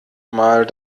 mal